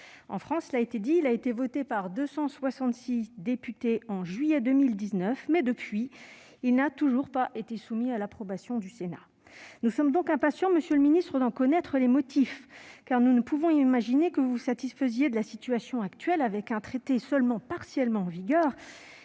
En France, celui-ci a été voté par 266 députés en juillet 2019, mais, depuis, il n'a toujours pas été soumis à l'approbation du Sénat. Nous sommes impatients, monsieur le ministre, d'en connaître les motifs, car nous ne pouvons imaginer que vous vous satisfaisiez de la situation actuelle, avec un traité en vigueur seulement partiellement et pour